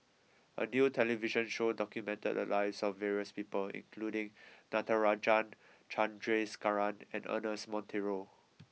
a new television show documented the lives of various people including Natarajan Chandrasekaran and Ernest Monteiro